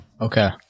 Okay